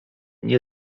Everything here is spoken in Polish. nie